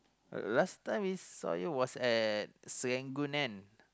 last time was at Serangoon kan